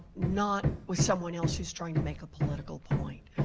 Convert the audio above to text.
not with someone else who's trying to make a political point.